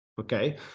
Okay